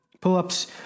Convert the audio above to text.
pull-ups